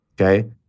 Okay